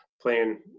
Playing